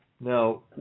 Now